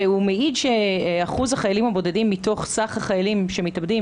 והוא מעיד שאחוז החיילים הבודדים מתוך סך החיילים שמתאבדים,